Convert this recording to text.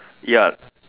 ya